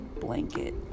blanket